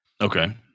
Okay